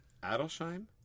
Adelsheim